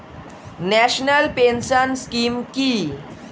National pension scheme কি?